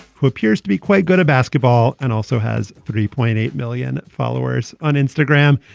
who appears to be quite good basketball and also has three point eight million followers on instagram.